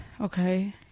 Okay